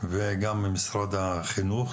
וגם ממשרד החינוך,